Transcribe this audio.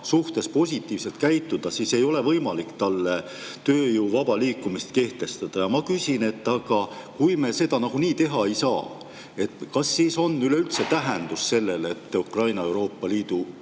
suhtes positiivselt käituda, siis ei ole võimalik talle tööjõu vaba liikumist [keelata]. Ma küsin, et aga kui me seda nagunii teha ei saa, kas siis on üleüldse tähtis, et Ukraina Euroopa Liidu